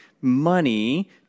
money